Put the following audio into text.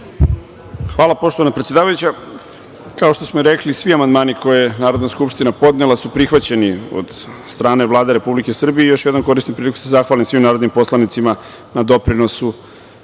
Hvala, poštovana predsedavajuća. Kao što smo rekli, svi amandmani koje je Narodna skupština podnela su prihvaćeni od strane Vlade Republike Srbije. Koristim priliku još jednom da se zahvalim svim narodnim poslanicima na doprinosu